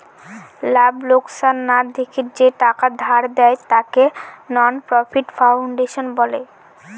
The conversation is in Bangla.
লাভ লোকসান না দেখে যে টাকা ধার দেয়, তাকে নন প্রফিট ফাউন্ডেশন বলে